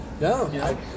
no